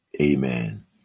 Amen